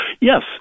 yes